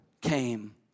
came